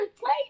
play